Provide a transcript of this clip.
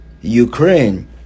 Ukraine